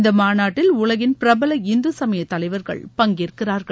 இந்த மாநாட்டில் உலகின் பிரபல இந்துசமய தலைவர்கள் பங்கேற்கிறார்கள்